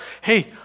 hey